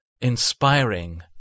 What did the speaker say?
inspiring